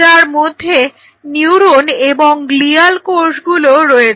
যার মধ্যে নিউরন এবং গ্লিয়াল কোষগুলো রয়েছে